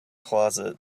closet